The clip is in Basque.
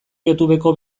youtubeko